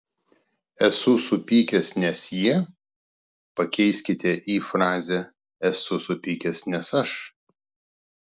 esu supykęs nes jie pakeiskite į frazę esu supykęs nes aš